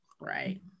Right